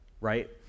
right